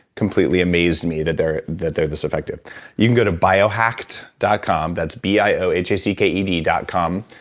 completely amazed me that they're that they're this effective you can go to biohacked dot com. that's b i o h a c k e d dot com,